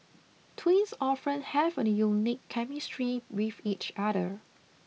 twins often have a unique chemistry with each other